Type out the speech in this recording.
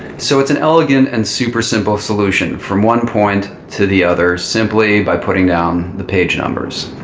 so it's an elegant and super simple solution from one point to the other simply by putting down the page numbers.